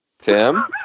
Tim